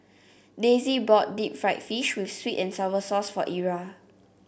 Daisie bought Deep Fried Fish with sweet and sour sauce for Ira